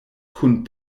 kun